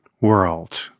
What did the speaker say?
world